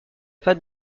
pas